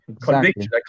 conviction